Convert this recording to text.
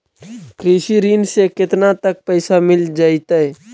कृषि ऋण से केतना तक पैसा मिल जइतै?